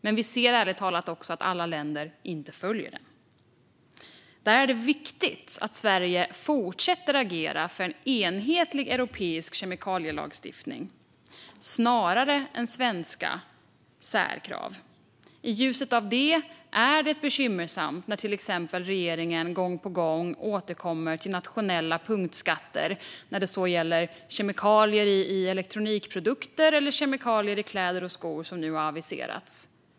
Men vi ser ärligt talat också att inte alla länder följer den. Det är viktigt att Sverige fortsätter agera för en enhetlig europeisk kemikalielagstiftning snarare än för svenska särkrav. I ljuset av det är det bekymmersamt när regeringen till exempel gång på gång återkommer till nationella punktskatter - det kan gälla kemikalier i elektronikprodukter eller kemikalier i kläder och skor, som nu har aviserats.